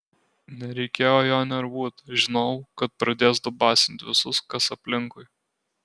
nereikėjo jo nervuot žinojau kad pradės dubasint visus kas aplinkui